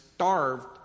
starved